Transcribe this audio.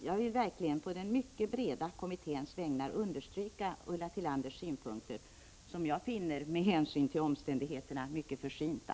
Jag vill verkligen, på den mycket breda kommitténs vägnar, understryka Ulla Tillanders synpunkter, som jag med hänsyn till omständigheterna finner mycket försynta.